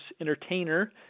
entertainer